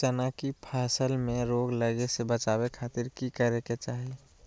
चना की फसल में रोग लगे से बचावे खातिर की करे के चाही?